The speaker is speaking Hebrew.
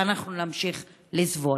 ואנחנו נמשיך לסבול.